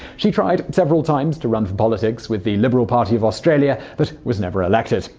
she tried several times to run for politics with the liberal party of australia, but was never elected.